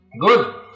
Good